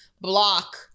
block